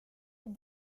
est